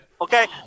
okay